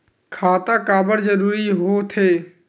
खाता काबर जरूरी हो थे?